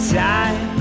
time